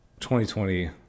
2020